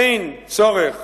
אין צורך